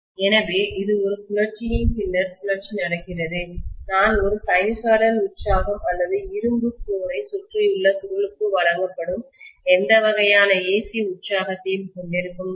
எனவே இது ஒரு சுழற்சியின் பின்னர் சுழற்சி நடக்கிறது நான் ஒரு சைனூசாய்டல் உற்சாகம் அல்லது இரும்பு கோர் ஐ சுற்றியுள்ள சுருளுக்கு வழங்கப்படும் எந்த வகையான AC உற்சாகத்தையும் கொண்டிருக்கும்போது